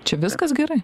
čia viskas gerai